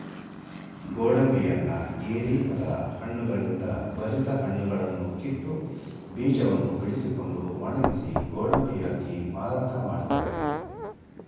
ಗೋಡಂಬಿಯನ್ನ ಗೇರಿ ಮರ ಹಣ್ಣುಗಳಿಂದ ಬಲಿತ ಹಣ್ಣುಗಳನ್ನು ಕಿತ್ತು, ಬೀಜವನ್ನು ಬಿಡಿಸಿಕೊಂಡು ಒಣಗಿಸಿ ಗೋಡಂಬಿಯಾಗಿ ಮಾರಾಟ ಮಾಡ್ತರೆ